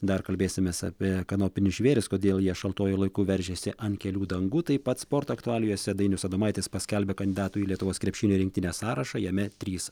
dar kalbėsimės apie kanopinius žvėris kodėl jie šaltuoju laiku veržiasi ant kelių dangų taip pat sporto aktualijose dainius adomaitis paskelbė kandidatų į lietuvos krepšinio rinktinę sąrašą jame trys